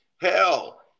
hell